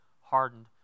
hardened